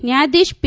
ન્યાયધીશ પી